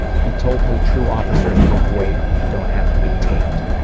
he told me true officers make weight, and don't have to be taped.